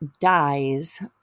dies